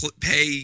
pay